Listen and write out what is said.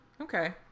Okay